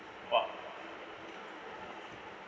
!wow!